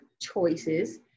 choices